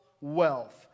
wealth